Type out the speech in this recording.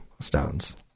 stones